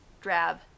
drab